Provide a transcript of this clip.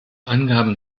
angaben